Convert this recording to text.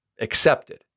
accepted